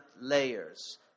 layers